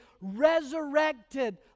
resurrected